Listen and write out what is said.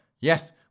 Yes